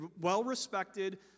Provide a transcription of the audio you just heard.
well-respected